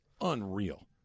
unreal